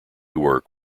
work